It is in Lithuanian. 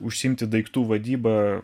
užsiimti daiktų vadyba